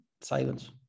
silence